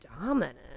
Dominant